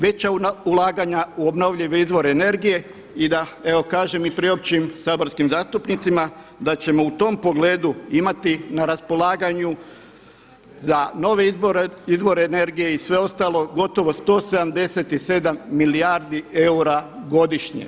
Veća ulaganja u obnovljive izvore energije i da evo kažem i priopćim saborskim zastupnicima da ćemo u tom pogledu imati na raspolaganju za nove izvore energije i sve ostalo gotovo 177 milijardi eura godišnje.